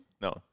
no